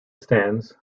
stands